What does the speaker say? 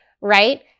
right